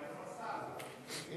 אבל אין